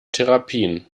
therapien